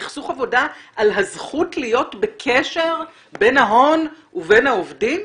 סכסוך עבודה על הזכות להיות בקשר בין ההון ובין העובדים?